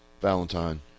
Valentine